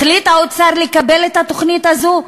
החליט האוצר לקבל את התוכנית הזאת?